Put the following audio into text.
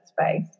space